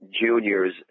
juniors